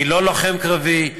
אני לא לוחם קרבי,